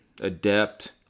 adept